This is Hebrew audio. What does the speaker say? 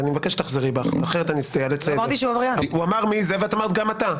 גם אתה, גם אתה.